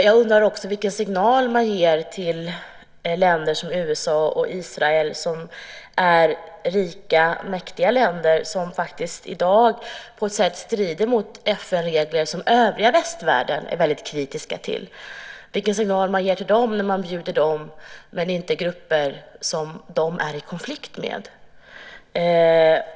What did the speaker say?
Jag undrar också vilken signal man ger till länder som USA och Israel, rika och mäktiga länder som i dag bryter mot FN-regler vilket övriga västvärlden är mycket kritisk till. Vilken signal ger man till dem när man bjuder dem men inte grupper som de är i konflikt med?